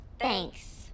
Thanks